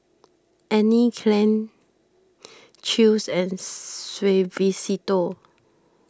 Anne Klein Chew's and Suavecito